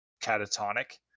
catatonic